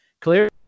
Clear